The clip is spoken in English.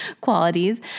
qualities